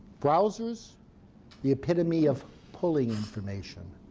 browsers the epitome of pulling information.